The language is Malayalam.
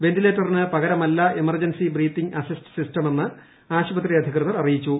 വെന്റിലേറ്ററിന് പകരമല്ല എമർജൻസി ബ്രീതിംഗ് അസിസ്റ്റ് സിസ്റ്റം എന്ന് ആശുപത്രി അധികൃതർ അറിയിച്ചു